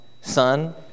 son